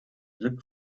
look